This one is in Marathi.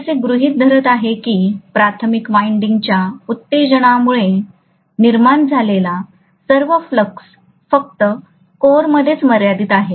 मी असे गृहीत धरत आहे की प्राथमिक वायंडिंग च्या उत्तेजनामुळे निर्माण झालेला सर्व फ्लक्स फक्त कोर मध्येच मर्यादित आहे